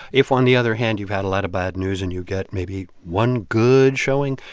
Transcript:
if, on the other hand, you've had a lot of bad news and you get, maybe, one good showing,